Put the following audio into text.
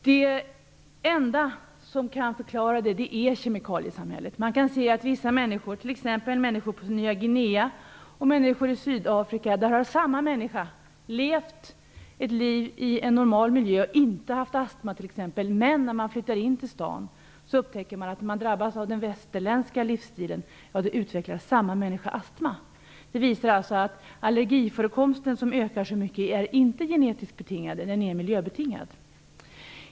Det enda som kan förklara allergierna är kemikaliesamhället. Det har t.ex. visat sig att människor på Nya Guinea och människor i Sydafrika inte har haft astma när de lever i en normal miljö men att samma människor utvecklar astma när de flyttar in till städerna och drabbas av den västerländska livsstilen. Detta visar att den ökande allergiförekomsten alltså inte är genetiskt betingad utan miljöbetingad.